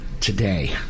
today